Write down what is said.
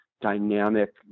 dynamic